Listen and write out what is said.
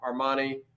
Armani